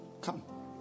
come